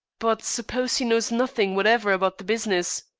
but suppose he knows nothing whatever about the business?